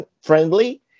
friendly